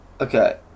Okay